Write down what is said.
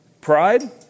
Pride